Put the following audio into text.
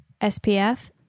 SPF